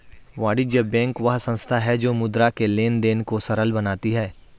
वाणिज्य बैंक वह संस्था है जो मुद्रा के लेंन देंन को सरल बनाती है